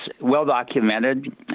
well-documented